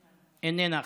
איננה.